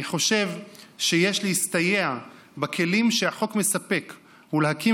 אני חושב שיש להסתייע בכלים שהחוק מספק ולהקים